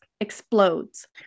explodes